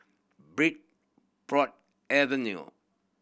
Bridport Avenue